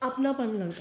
अपनापन